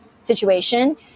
situation